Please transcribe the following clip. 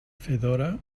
fedora